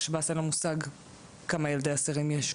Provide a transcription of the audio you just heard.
לשב"ס אין מושג כמה ילדי אסירים יש,